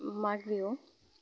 Magh Bihu